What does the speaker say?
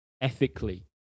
ethically